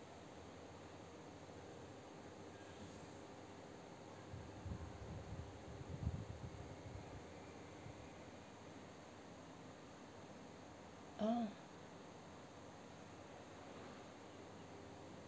ah